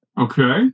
Okay